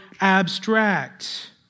abstract